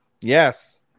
Yes